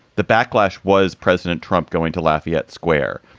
the backlash was president trump going to lafayette square.